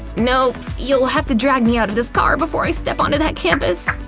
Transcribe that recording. nope, you'll have to drag me out of this car before i step onto that campus.